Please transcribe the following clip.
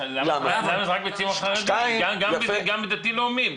גם דתי לאומי.